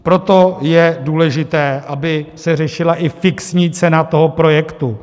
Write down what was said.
Proto je důležité, aby se řešila i fixní cena projektu.